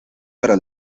para